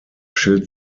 schild